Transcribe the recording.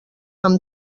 amb